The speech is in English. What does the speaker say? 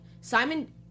Simon